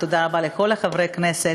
ותודה רבה לכל חברי הכנסת,